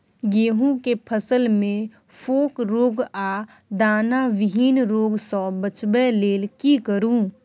गेहूं के फसल मे फोक रोग आ दाना विहीन रोग सॅ बचबय लेल की करू?